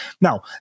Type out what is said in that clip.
Now